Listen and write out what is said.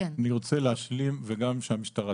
אני רוצה להשלים, וגם שהמשטרה תשמע.